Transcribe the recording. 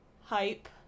Hype